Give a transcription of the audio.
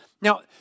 Now